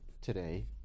today